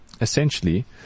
essentially